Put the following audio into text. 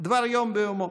דבר יום ביומו.